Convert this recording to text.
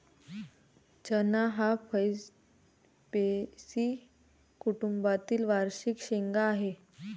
चणा हा फैबेसी कुटुंबातील वार्षिक शेंगा आहे